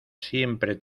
siempre